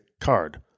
card